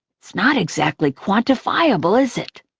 it's not exactly quantifiable, is it?